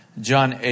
John